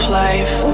life